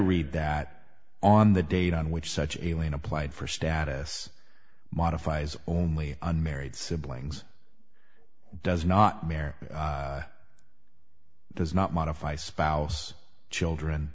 read that on the date on which such alien applied for status modifies only unmarried siblings does not merit does not modify spouse children